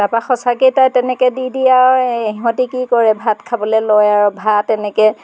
তাৰপৰা সঁচাকৈয়ে তাই তেনেকৈ দি দিয়ে আৰু সিহঁতে কি কৰে ভাত খাবলৈ লয় আৰু ভাত এনেকৈ